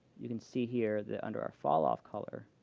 you can see here that under our falloff color,